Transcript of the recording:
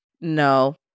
no